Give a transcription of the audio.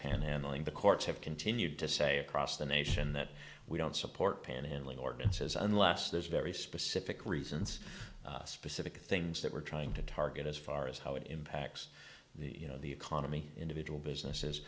panhandling the courts have continued to say across the nation that we don't support panhandling ordinances unless there's very specific reasons specific things that we're trying to target as far as how it impacts the you know the economy individual businesses